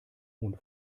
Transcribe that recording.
hund